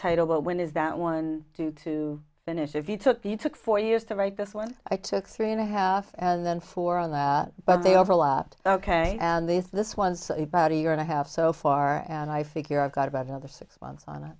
title but when is that one due to finish if you took the took four years to write this one i took three and a half and then four on that but they overlap ok and these this was about a year and a half so far and i figure i've got about another six months on